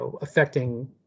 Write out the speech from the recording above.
affecting